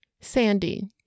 Sandy